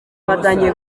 batangiye